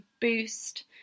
boost